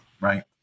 right